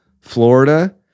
Florida